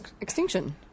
Extinction